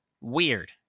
weird